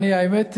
האמת,